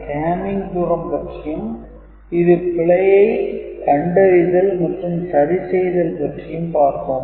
Hamming தூரம் பற்றியும் இது பிழையை கண்டறிதல் மற்றும் சரி செய்தல் பற்றியும் பார்த்தோம்